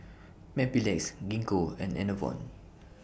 Mepilex Gingko and Enervon